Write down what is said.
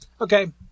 Okay